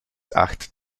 acht